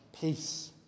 peace